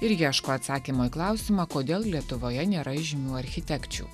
ir ieško atsakymo į klausimą kodėl lietuvoje nėra žymių architekčių